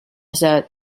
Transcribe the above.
said